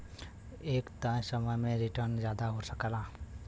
एक तय समय में रीटर्न जादा हो सकला